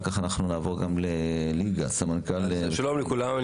שלום לכולם.